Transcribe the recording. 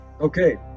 okay